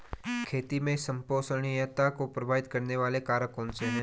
खेती में संपोषणीयता को प्रभावित करने वाले कारक कौन से हैं?